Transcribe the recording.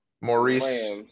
Maurice